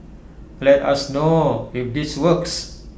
let us know if this works